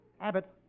Abbott